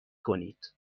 کنید